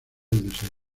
deseo